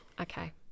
Okay